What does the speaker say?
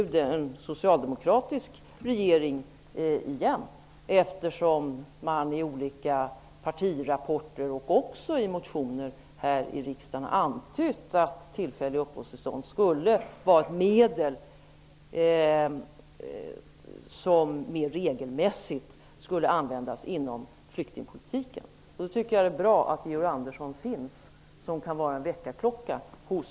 skulle få en socialdemokratisk regering igen. Socialdemokraterna har i olika partirapporter och också i motioner i riksdagen antytt att tillfälliga uppehållstillstånd skulle vara ett medel som mer regelmässigt skulle användas inom flyktingpolitiken. Jag tycker att det är bra att Georg Andersson, som kan vara en väckarklocka hos